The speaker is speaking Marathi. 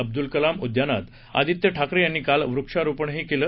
अब्दुल कलाम उद्यानात आदित्य ठाकरे यांनी काल वृक्षारोपणही केलं